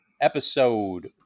Episode